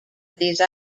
these